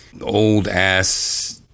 old-ass